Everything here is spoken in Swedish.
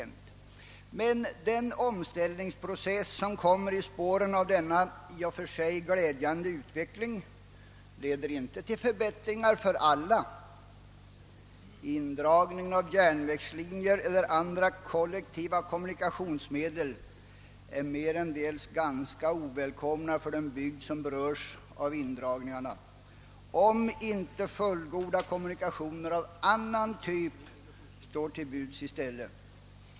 Men den omställningsprocess som följer i spåren av denna i och för sig glädjande utveckling leder inte till förbättringar för alla. Indragningar av järnvägslinjer eller andra kollektiva kommunikationsmedel är merendels ganska ovälkomna för den bygd som berörs av indragningarna, om inte fullgoda kommunikationer av annan typ står till buds i stället.